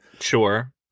Sure